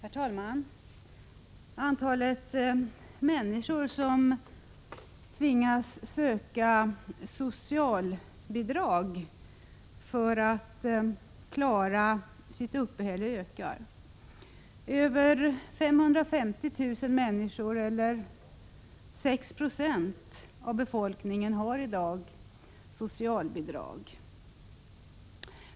Herr talman! Antalet människor som tvingas söka socialbidrag för att klara sitt uppehälle ökar. Över 550 000 människor eller 6 26 av befolkningen har i dag socialbidrag.